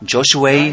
Joshua